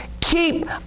keep